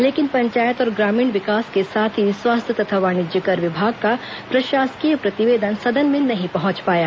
लेकिन पंचायत और ग्रामीण विकास के साथ ही स्वास्थ्य तथा वाणिज्यकर विभाग का प्रशासकीय प्रतिवेदन सदन में नहीं पहुंच पाया